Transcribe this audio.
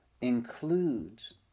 includes